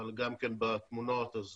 גם בתמונות, אז